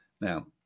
Now